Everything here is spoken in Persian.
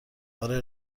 آره